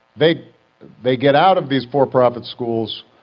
they they get out of these for-profit schools